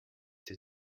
der